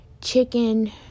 chicken